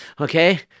Okay